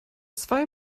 zwei